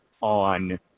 on